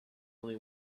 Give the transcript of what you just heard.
only